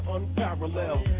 unparalleled